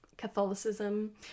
Catholicism